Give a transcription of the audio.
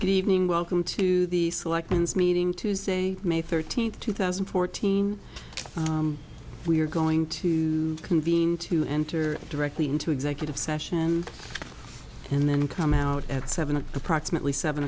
good evening welcome to the selections meeting tuesday may thirteenth two thousand and fourteen we are going to convene to enter directly into executive session and then come out at seven approximately seven